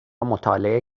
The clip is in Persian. مطالعه